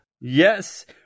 Yes